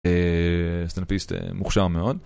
סטנדאפיסט מוכשר מאוד